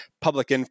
public